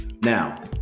Now